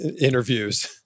interviews